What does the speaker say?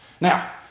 Now